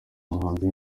umuhanzi